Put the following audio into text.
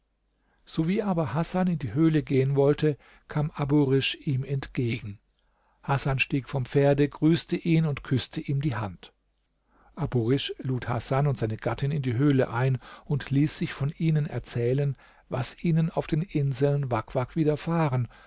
sowie aber hasan in die höhle gehen wollte kam abu risch ihm entgegen hasan stieg vom pferde grüßte ihn und küßte ihm die hand abu risch lud hasan und seine gattin in die höhle ein und ließ sich von ihnen erzählen was ihnen auf den inseln wak wak widerfahren